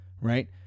Right